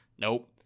nope